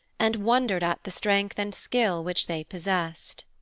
and wondered at the strength and skill which they possessed.